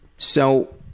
so,